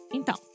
Então